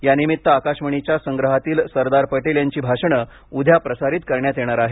यानिमित्त आकाशवाणीच्या संग्रहातील सरदार पटेल यांची भाषणे उद्या प्रसारित करण्यात येणार आहेत